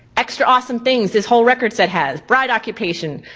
extra awesome things this whole record set has, bride occupation,